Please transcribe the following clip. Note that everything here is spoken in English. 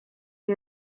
who